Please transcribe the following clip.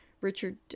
Richard